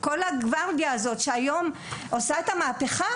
כל הגוורדיה הזו שעושה את המהפכה,